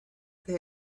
they